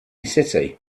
city